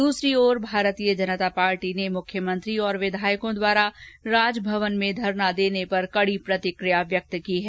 दूसरी ओर भारतीय जनता पार्टी ने मुख्यमंत्री और विधायकों द्वारा राजभवन में धरना देने पर कड़ी प्रतिक्रिया व्यक्त की है